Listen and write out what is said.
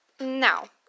Now